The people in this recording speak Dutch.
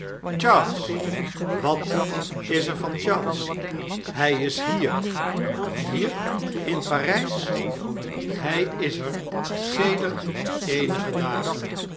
charles wat is er van charles hij is hier hier in p a r ij s hij is er sedert eenige dagen